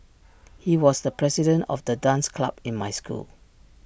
he was the president of the dance club in my school